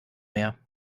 mehr